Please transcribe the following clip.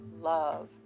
love